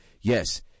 Yes